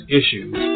issues